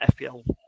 FPL